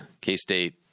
K-State